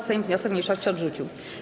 Sejm wniosek mniejszości odrzucił.